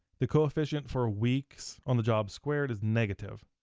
the coefficient for weeks on the job squared is negative,